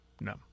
No